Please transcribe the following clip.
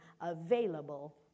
available